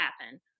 happen